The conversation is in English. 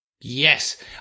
Yes